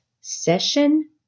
Session